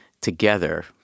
together